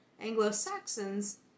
Anglo-Saxons